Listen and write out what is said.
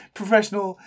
professional